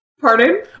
Pardon